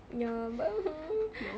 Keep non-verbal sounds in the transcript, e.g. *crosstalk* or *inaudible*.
yang ba~ !huh! *breath*